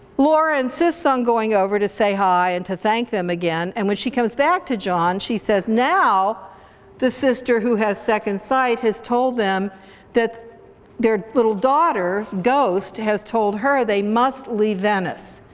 laura insists on going over to say hi and to thank them again, and when she comes back to john she says, now the sister who has second sight has told them that their little daughter's ghost has told her they must leave venice.